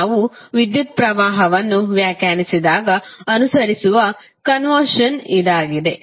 ನಾವು ವಿದ್ಯುತ್ ಕರೆಂಟ್ಅನ್ನು ವ್ಯಾಖ್ಯಾನಿಸಿದಾಗ ಅನುಸರಿಸುವಕ ಕನ್ವೆಶನ್ ಇದಾಗಿದೆ